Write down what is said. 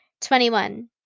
Twenty-one